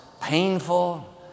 painful